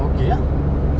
okay ah